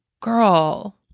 Girl